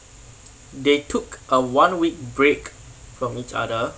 they took a one week break from each other